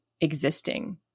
existing